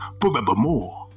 forevermore